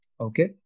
okay